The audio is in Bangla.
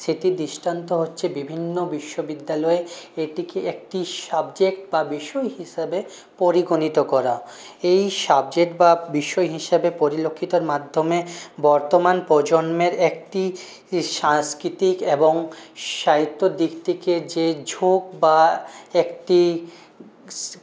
সেটি দৃষ্টান্ত হচ্ছে বিভিন্ন বিশ্ববিদ্যালয় এটিকে একটি সাবজেক্ট বা বিষয় হিসাবে পরিগণিত করা এই সাবজেক্ট বা বিষয় হিসাবে পরিলক্ষিতর মাধ্যমে বর্তমান প্রজন্মের একটি ই সাংস্কৃতিক এবং সাহিত্যর দিক থেকে যে ঝোঁক বা একটি